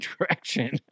direction